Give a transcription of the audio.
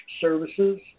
Services